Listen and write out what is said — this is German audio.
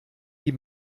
die